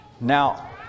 Now